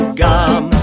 gum